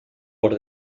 por